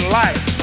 life